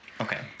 Okay